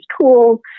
tools